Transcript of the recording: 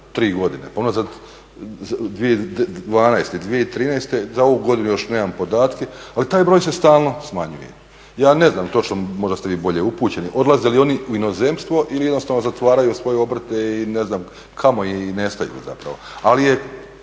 godine, pa unazad 2012., 2013. Za ovu godinu još nemam podatke, ali taj broj se stalno smanjuje. Ja ne znam točno možda ste vi bolje upućeni, odlaze li oni u inozemstvo ili jednostavno zatvaraju svoje obrte i ne znam kamo i nestaju zapravo. Ali je